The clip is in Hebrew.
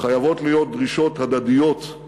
חייבות להיות דרישות הדדיות.